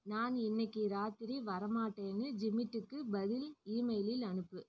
நான் இன்னக்கு ராத்திரி வரமாட்டேன்னு ஜிமிட்டுக்கு பதில் இமெயிலில் அனுப்பு